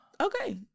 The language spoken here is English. Okay